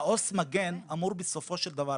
עו"ס מגן אמור בסופו של דבר,